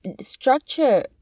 structure